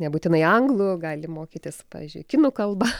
nebūtinai anglų gali mokytis pavyzdžiui kinų kalbą